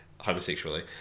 homosexually